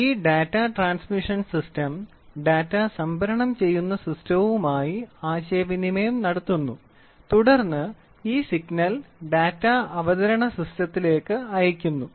ഈ data transmission system data സംഭരണം ചെയ്യുന്ന സിസ്റ്റവുമായി ആശയവിനിമയം നടത്തുന്നു തുടർന്ന് ഈ സിഗ്നൽ ഡാറ്റാ അവതരണ സിസ്റ്റത്തിലേക്ക് അയയ്ക്കുന്നു